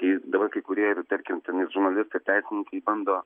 ir dabar kai kurie yra tarkim ten ir žurnalistai ir teisininkai bando